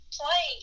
play